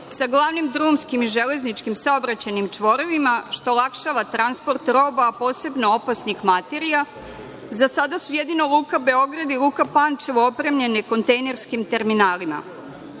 sa glavnim drumskim i železničkim saobraćajnim čvorovima, što olakšava transport roba, posebno opasnih materija. Za sada su jedino Luka Beograd i Luka Pančevo opremljene kontejnerskim terminalima. Tri